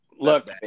Look